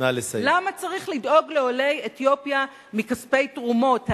למה צריך לדאוג לעולי אתיופיה מכספי תרומות?